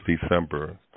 December